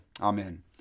amen